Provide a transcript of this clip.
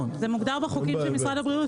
מוגדר בחוקים של משרד הבריאות,